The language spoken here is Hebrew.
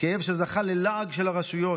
כאב שזכה ללעג של הרשויות,